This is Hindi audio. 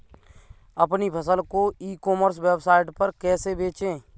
अपनी फसल को ई कॉमर्स वेबसाइट पर कैसे बेचें?